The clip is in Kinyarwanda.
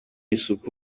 isuku